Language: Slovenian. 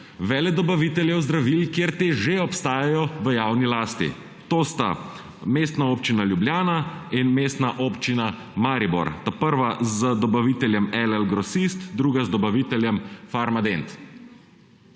veledobaviteljev zdravil, kjer te že obstajajo v javni lasti. To sta Mestna občina Ljubljana in Mestna občina Maribor, prva z dobaviteljem LL Grosist, druga z dobaviteljem Farmadent.